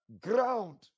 ground